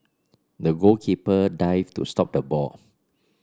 the goalkeeper dived to stop the ball